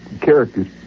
character's